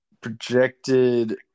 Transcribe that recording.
projected